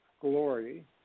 glory